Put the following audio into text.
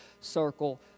circle